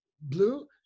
Blue